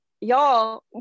y'all